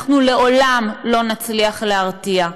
אנחנו לעולם לא נצליח להרתיע.